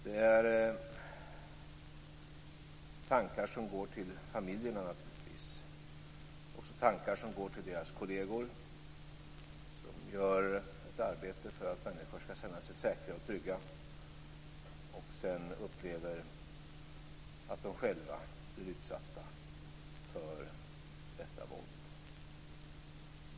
Det är tankar som går till familjerna, naturligtvis, och också tankar som går till deras kolleger, som gör ett arbete för att människor skall känna sig säkra och trygga och sedan upplever att de själva blir utsatta för detta våld.